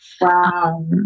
wow